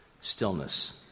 Stillness